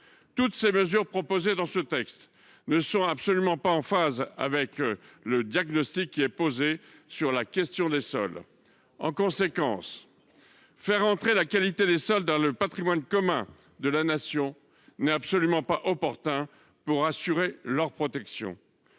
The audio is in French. Aucune des mesures proposées dans ce texte n’est en phase avec le diagnostic posé sur la question des sols. Selon nous, faire entrer la qualité des sols dans le patrimoine commun de la Nation n’est absolument pas opportun pour assurer leur protection.